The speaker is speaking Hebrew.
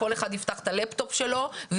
כל אחד יפתח את הלפטופ שלו,